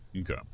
Okay